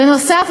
בנוסף,